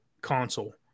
console